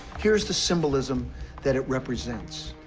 here is the symbolism that it represents.